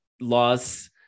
laws